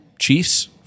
Chiefs